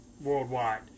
worldwide